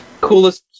Coolest